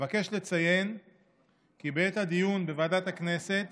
אבקש לציין כי בעת הדיון בוועדת הכנסת